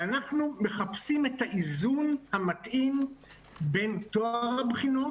אנחנו מחפשים את האיזון המתאים בין טוהר הבחינות